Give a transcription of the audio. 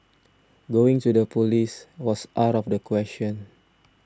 going to the police was out of the question